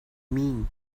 mean